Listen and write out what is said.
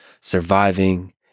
surviving